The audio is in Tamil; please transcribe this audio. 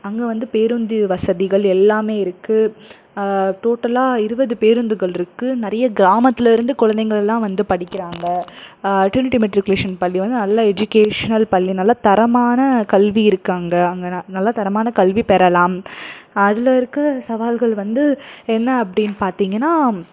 அங்கே வந்து பேருந்து வசதிகள் எல்லாமே இருக்கு டோட்டலாக இருபது பேருந்துகள்ருக்குது நிறையே கிராமத்துலிருந்து கொழந்தைங்கள்லா வந்து படிக்கிறாங்க ட்ரினிட்டி மெட்ரிகுலேஷன் பள்ளி வந்து நல்ல எஜிக்கேஷ்னல் பள்ளி நல்ல தரமான கல்வி இருக்குது அங்கே அங்கே ந நல்ல தரமான கல்வி பெறலாம் அதுலிருக்க சவால்கள் வந்து என்ன அப்டின்னு பார்த்திங்கனா